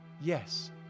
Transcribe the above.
Yes